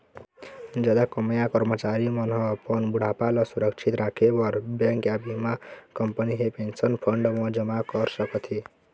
जादा कमईया करमचारी मन ह अपन बुढ़ापा ल सुरक्छित राखे बर बेंक या बीमा कंपनी हे पेंशन फंड म जमा कर सकत हे